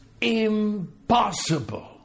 impossible